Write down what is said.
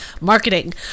marketing